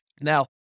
Now